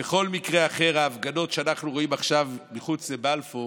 בכל מקרה אחר ההפגנות שאנחנו רואים עכשיו מחוץ לבלפור